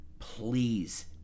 Please